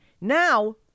Now